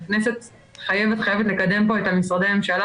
הכנסת חייבת חייבת לקדם פה את משרדי הממשלה